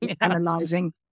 analyzing